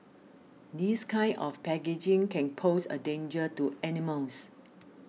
this kind of packaging can pose a danger to animals